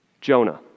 Jonah